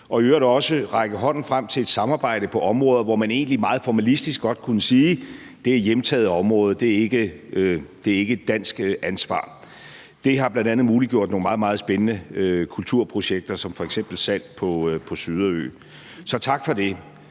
og i øvrigt også række hånden frem til et samarbejde på områder, hvor man egentlig meget formalistisk godt kunne sige, at det er et hjemtaget område, og at det ikke er et dansk ansvar. Det har bl.a. muliggjort nogle meget, meget spændende kulturprojekter som f.eks. sand på Suðuroy. Så tak for det.